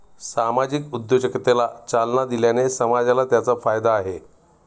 सामाजिक उद्योजकतेला चालना दिल्याने समाजाला त्याचा फायदा आहे